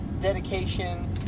dedication